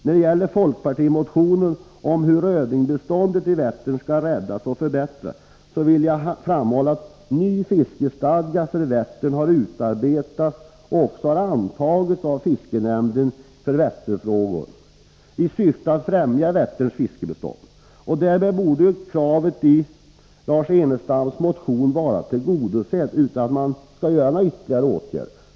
När det gäller folkpartimotionen om hur rödingbeståndet i Vättern skall räddas och förbättras vill jag framhålla att ny fiskestadga för Vättern har utarbetats och också antagits av fiskenämnden för Vättern, i syfte att främja Vätterns fiskebestånd. Därmed borde kravet i Lars Ernestams motion vara tillgodosett, utan att riksdagen vidtar ytterligare åtgärder.